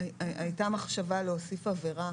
הייתה מחשבה להוסיף עבירה